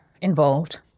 involved